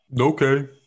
Okay